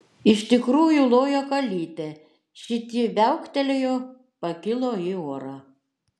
iš tikrųjų lojo kalytė šit ji viauktelėjo pakilo į orą